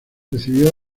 recibió